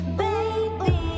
baby